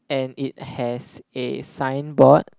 and it has a signboard